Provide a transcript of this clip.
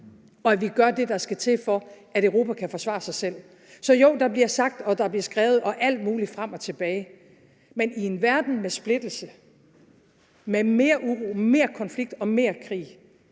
og at vi gør det, der skal til, for at Europa kan forsvare sig selv. Så jo, der bliver sagt og der bliver skrevet alt muligt frem og tilbage, men i en verden med splittelse, med mere uro, mere konflikt og mere krig